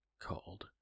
called